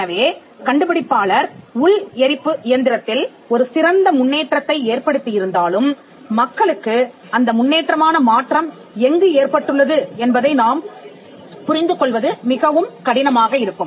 எனவே கண்டுபிடிப்பாளர் உள் எரிப்பு இயந்திரத்தில் ஒரு சிறந்த முன்னேற்றத்தை ஏற்படுத்தியிருந்தாலும் மக்களுக்கு அந்த முன்னேற்றமான மாற்றம் எங்கு ஏற்பட்டுள்ளது என்பதைப் புரிந்து கொள்வது மிகவும் கடினமாக இருக்கும்